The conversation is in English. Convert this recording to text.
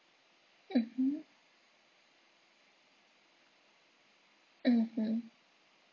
mmhmm mmhmm